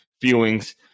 feelings